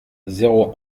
zéro